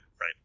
right